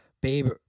babe